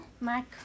MAC